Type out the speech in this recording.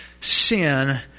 sin